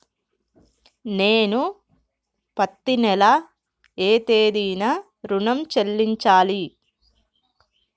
నేను పత్తి నెల ఏ తేదీనా ఋణం చెల్లించాలి?